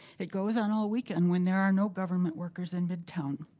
it goes on all weekend when there are no government workers in midtown.